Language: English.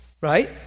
right